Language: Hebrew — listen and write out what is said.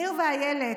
ניר ואילת,